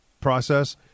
process